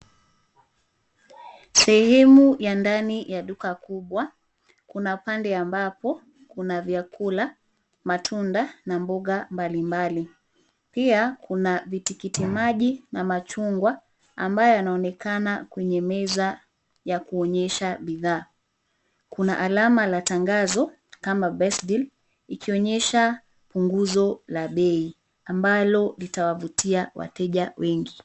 Sehemu ya ndani ya duka kubwa, kuna pande ambapo kuna vyakula, matunda na mboga mbalimbali, pia kuna vitikiti maji na machungwa ambayo yanaonekana kwenye meza ya kuonyesha bidhaa. Kuna alama la tangazo kama best deal ,ikionyesha punguzo la bei ambalo litawavutia wateja wengi.